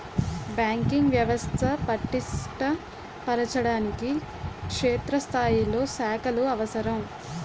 banking వ్యవస్థ పటిష్ట పరచడానికి క్షేత్రస్థాయిలో శాఖలు అవసరం